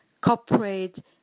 Corporate